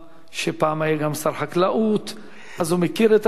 שפעם היה גם שר החקלאות, אז הוא מכיר את הדברים.